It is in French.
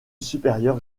supérieur